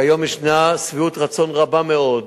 כיום ישנה שביעות רצון רבה מאוד